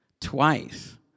twice